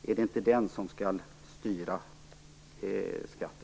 Är det inte den som skall styra skatten?